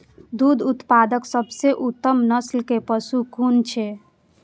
दुग्ध उत्पादक सबसे उत्तम नस्ल के पशु कुन छै?